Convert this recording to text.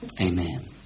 Amen